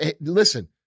listen